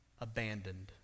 abandoned